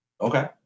Okay